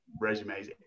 resumes